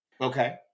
Okay